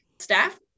staff